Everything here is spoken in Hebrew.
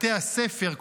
בתי הספר,